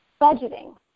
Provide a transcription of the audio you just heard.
budgeting